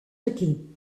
aquí